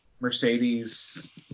Mercedes